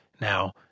Now